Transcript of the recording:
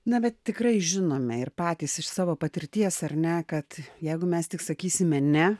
na bet tikrai žinome ir patys iš savo patirties ar ne kad jeigu mes tik sakysime ne